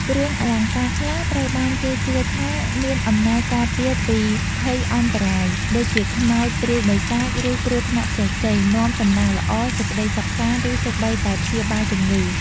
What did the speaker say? គ្រឿងអលង្ការខ្លះត្រូវបានគេជឿថាមាន អំណាចការពារពីភយន្តរាយ (ដូចជាខ្មោចព្រាយបិសាច ឬគ្រោះថ្នាក់ផ្សេងៗ) នាំ សំណាងល្អ សេចក្តីសុខសាន្ត ឬសូម្បីតែ ព្យាបាលជំងឺ។